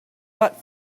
but